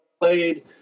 played